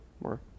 more